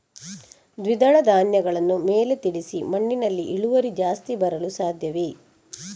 ದ್ವಿದಳ ಧ್ಯಾನಗಳನ್ನು ಮೇಲೆ ತಿಳಿಸಿ ಮಣ್ಣಿನಲ್ಲಿ ಇಳುವರಿ ಜಾಸ್ತಿ ಬರಲು ಸಾಧ್ಯವೇ?